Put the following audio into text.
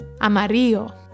amarillo